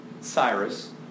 Cyrus